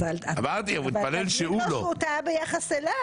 תגיד לו שהוא טעה ביחס אליי.